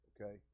okay